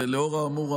ולאור האמור,